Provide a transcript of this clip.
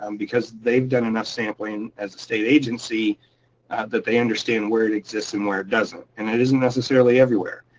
um because they've done and enough sampling as a state agency that they understand where it exists and where it doesn't. and it isn't necessarily everywhere.